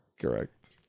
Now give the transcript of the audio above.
Correct